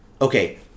Okay